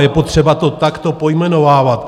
Je potřeba to takto pojmenovávat.